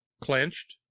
Clenched